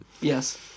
Yes